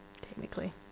Technically